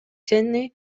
сени